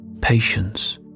Patience